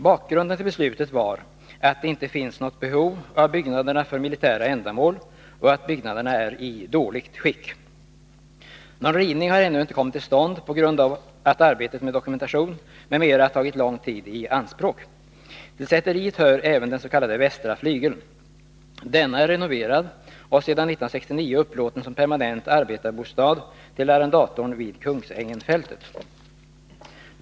Bakgrunden till beslutet var att det inte finns något behov av byggnaderna för militära ändamål och att byggnaderna är i dåligt skick. Någon rivning har ännu inte kommit till stånd på grund av att arbetet med dokumentation m.m. tagit lång tid i anspråk. Till säteriet hör även den s.k. västra flygeln. Denna är renoverad och sedan 1969 upplåten som permanent arbetarbostad till arrendatorn vid Kungsängen-fältet.